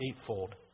eightfold